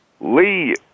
Lee